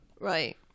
Right